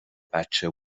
بچه